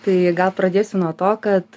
tai gal pradėsiu nuo to kad